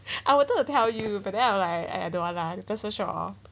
I wanted to tell you but then I'll like I I don't want lah because so show off